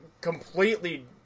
completely